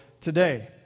today